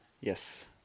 Yes